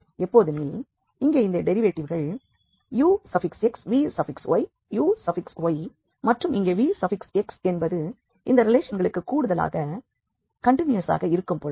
எப்பொழுதெனில் இங்கே இந்த டெரிவேட்டிவ்கள் ux vy uy மற்றும் இங்கே vx என்பது இந்த ரிலேஷன்களுக்கு கூடுதலாக கண்டினியுசாக இருக்கும்பொழுது